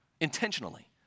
intentionally